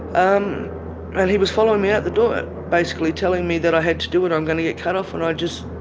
um and he was following me out the door basically telling me that i had to do it, i'm going to get cut off, and i just.